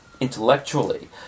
intellectually